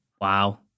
Wow